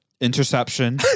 Interception